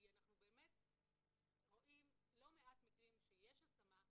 אנחנו באמת רואים לא מעט מקרים שיש השמה,